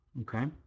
Okay